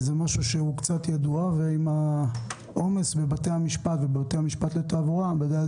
זה משהו שהוא קצת ידוע עם העומס בבתי הדין לתעבורה,